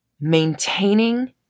maintaining